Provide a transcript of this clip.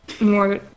more